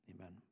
amen